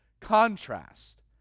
contrast